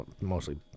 mostly